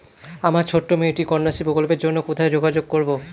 আমার ছোট্ট মেয়েটির কন্যাশ্রী প্রকল্পের জন্য কোথায় যোগাযোগ করব?